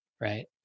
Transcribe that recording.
right